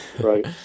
Right